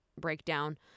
breakdown